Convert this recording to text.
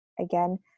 again